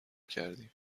کردیم